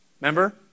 Remember